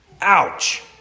Ouch